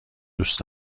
دوست